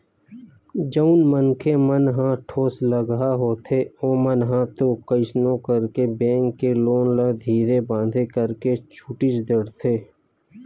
जउन मनखे मन ह ठोसलगहा होथे ओमन ह तो कइसनो करके बेंक के लोन ल धीरे बांधे करके छूटीच डरथे